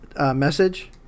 Message